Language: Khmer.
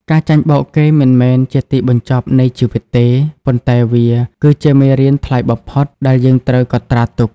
ការចាញ់បោកគេមិនមែនជាទីបញ្ចប់នៃជីវិតទេ ប៉ុន្តែវាគឺជា "មេរៀនថ្លៃបំផុត" ដែលយើងត្រូវកត់ត្រាទុក។